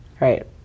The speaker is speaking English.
Right